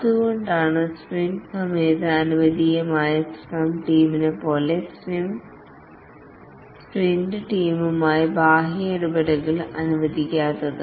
അതുകൊണ്ടാണ് സ്പ്രിന്റ് സമയത്ത് അനുവദനീയമായ സ്ക്രം ടീമിനെപ്പോലെ സ്പ്രിന്റ് ടീമുമായി ബാഹ്യ ഇടപെടലുകൾ അനുവദിക്കാത്തത്